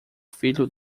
filho